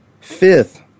fifth